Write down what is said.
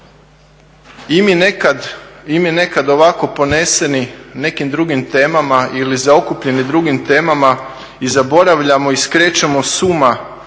i mi nekad ovako poneseni nekim drugim temama ili zaokupljeni drugim temama i zaboravljamo i skrećemo s uma